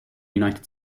united